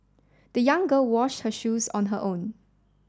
the young girl wash her shoes on her own